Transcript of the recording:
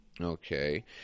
okay